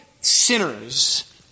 sinners